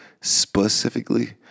Specifically